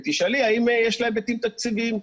ותשאלי האם יש לה היבטים תקציביים.